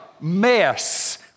mess